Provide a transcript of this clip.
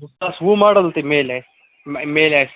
زٕ ساس وُہ ماڈل تہِ میٚلہِ اَسہِ میٚلہِ اَسہِ